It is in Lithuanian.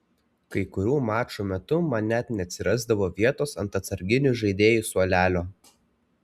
kai kurių mačų metu man net neatsirasdavo vietos ant atsarginių žaidėjų suolelio